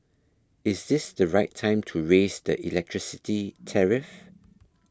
is this the right time to raise the electricity tariff